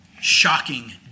Shocking